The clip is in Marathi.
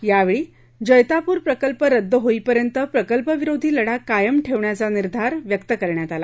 यावेळी जैतापूर प्रकल्प रद्द होईपर्यंत प्रकल्पविरोधी लढा कायम ठेवण्याचा निर्धार सभेत व्यक्त करण्यात आला